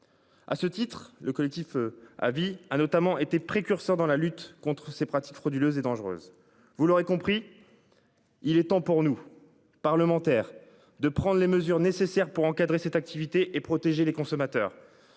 À ce titre, le collectif eux à vie a notamment été précurseur dans la lutte contre ces pratiques frauduleuses et dangereuses. Vous l'aurez compris. Il est temps pour nous parlementaires de prendre les mesures nécessaires pour encadrer cette activité et protéger les consommateurs.